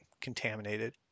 contaminated